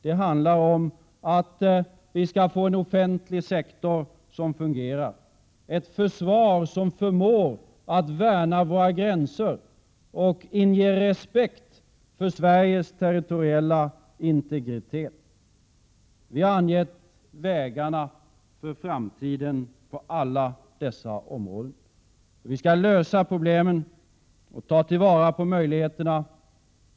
Det handlar om att vi skall få en offentlig sektor som fungerar. Det handlar om att vi skall få ett försvar som förmår att värna om våra gränser och inger respekt för Sveriges territoriella integritet. Vi har angett vägarna för framtiden på alla dessa områden. Vi skall lösa problemen och ta till vara möjligheterna.